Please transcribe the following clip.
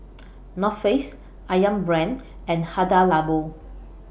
North Face Ayam Brand and Hada Labo